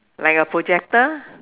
like a projector